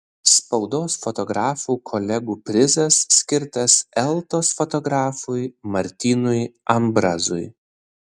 spaudos fotografų kolegų prizas skirtas eltos fotografui martynui ambrazui